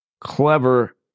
clever